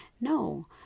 No